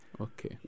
Okay